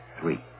Three